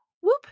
whoop